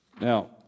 Now